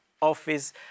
Office